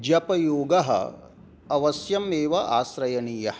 जपयोगः अवश्यमेव आश्रयणीयः